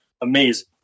Amazing